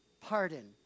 pardon